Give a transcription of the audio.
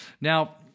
Now